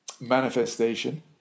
manifestation